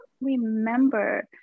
remember